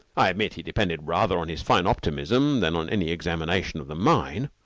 i admit he depended rather on his fine optimism than on any examination of the mine.